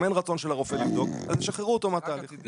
אם אין רצון של הרופא לבדוק אז ישחררו אותו מהתהליך.